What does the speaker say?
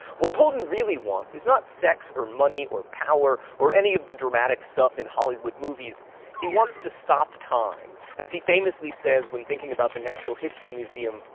what holden really wants is not sex, or money, or power, or any of the dramatic stuff in hollywood movies he wants to stop time. as he famously says when thinking about the natural history museum,